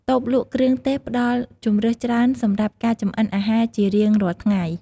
តូបលក់គ្រឿងទេសផ្តល់ជម្រើសច្រើនសម្រាប់ការចម្អិនអាហារជារៀងរាល់ថ្ងៃ។